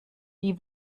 die